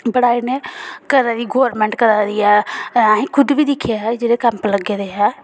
बड़ा इयां करा दी गौरमैंट करा दी अहें खुद बी दिक्खेआ जेहड़े कैंप लग्गे दे ऐ